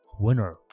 winner